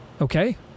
okay